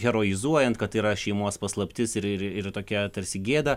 heroizuojant kad yra šeimos paslaptis ir ir ir tokia tarsi gėda